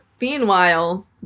Meanwhile